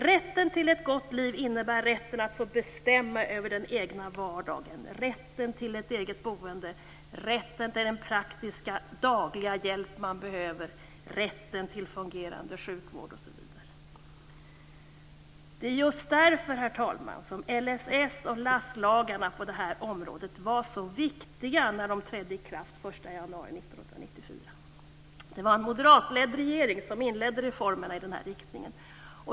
Rätten till ett gott liv innebär rätten att få bestämma över den egna vardagen, rätten till ett eget boende, rätten till den praktiska dagliga hjälp man behöver, rätten till en fungerande sjukvård osv. Det är just därför, herr talman, som lagar som LSS och LASS på det här området var så viktiga när de den 1 januari 1994 trädde i kraft. Det var en moderatledd regering som inledde reformarbetet i den riktningen.